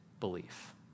Belief